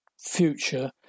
future